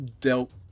dealt